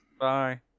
Bye